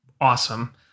awesome